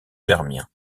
permien